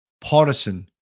partisan